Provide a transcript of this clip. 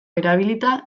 erabilita